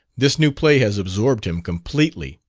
this new play has absorbed him completely.